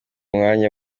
umwanya